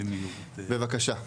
בבקשה.